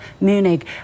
Munich